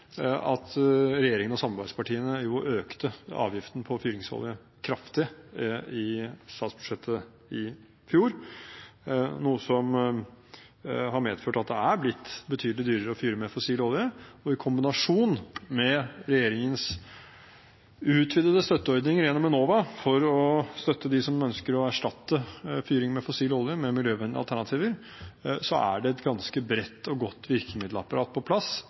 samarbeidspartiene økte avgiften på fyringsolje kraftig i statsbudsjettet i fjor, noe som har medført at det er blitt betydelig dyrere å fyre med fossil olje. I kombinasjon med regjeringens utvidede støtteordninger gjennom Enova – for å støtte dem som ønsker å erstatte fyring med fossil olje, med miljøvennlige alternativer – er det et ganske bredt og godt virkemiddelapparat på plass